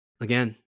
again